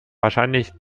wahrscheinlich